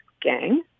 gang